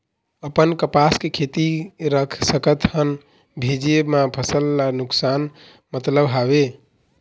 अपन कपास के खेती रख सकत हन भेजे मा फसल ला नुकसान मतलब हावे?